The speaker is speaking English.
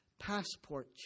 passport